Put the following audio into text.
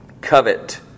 Covet